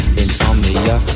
insomnia